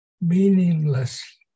meaningless